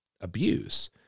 abuse